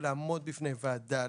לעמוד בפני ועדה,